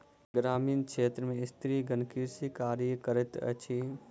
ग्रामीण क्षेत्र में स्त्रीगण कृषि कार्य करैत अछि